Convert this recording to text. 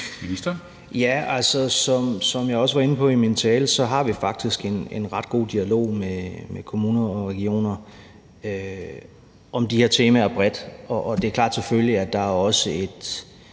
Ja, som jeg også var inde på i min tale, har vi faktisk en rigtig god dialog med kommuner og regioner om de her temaer bredt, og det er selvfølgelig klart, at der også er